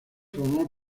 formó